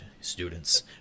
students